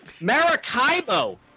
Maracaibo